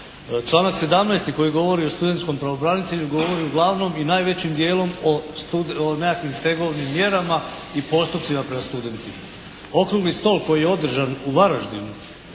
Članak 17. koji govori o studentskom pravobranitelju, govori uglavnom i najvećim dijelom o nekakvim stegovnim mjerama i postupcima prema studentima. Okrugli stol koji je održan u Varaždinu,